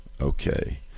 Okay